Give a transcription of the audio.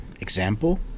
example